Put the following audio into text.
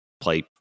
play